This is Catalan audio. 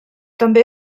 també